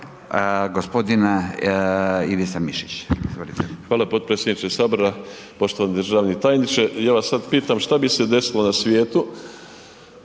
Ivica (Nezavisni)** Hvala podpredsjedniče Sabora, poštovani državni tajniče. Ja vas sad pitam šta bi se desilo na svijetu